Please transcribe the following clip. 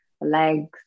legs